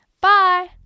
Bye